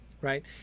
Right